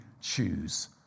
choose